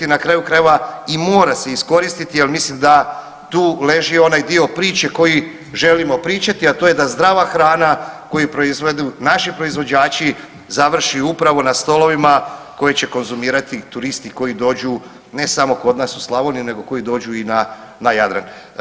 Na kraju krajeva i mora se iskoristiti jer mislim da tu leži onaj dio priče koji želimo pričati, a to je da zdrava hrana koju proizvedu naši proizvođači završi upravo na stolovima koje će konzumirati turisti koji dođu ne samo kod nas u Slavoniju, nego koji dođu i na Jadran.